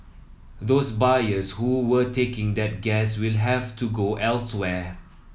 those buyers who were taking that gas will have to go elsewhere